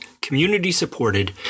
community-supported